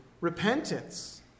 repentance